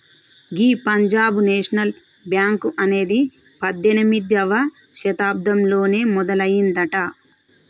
గీ Punjab National Bank అనేది పద్దెనిమిదవ శతాబ్దంలోనే మొదలయ్యిందట